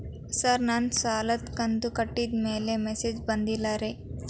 sir ನನ್ನ ಸಾಲದ ಕಂತು ಕಟ್ಟಿದಮೇಲೆ ಮೆಸೇಜ್ ಬಂದಿಲ್ಲ ರೇ